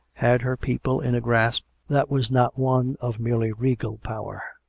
had her people in a grasp that was not one of merely regal power.